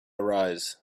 arise